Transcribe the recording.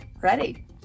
ready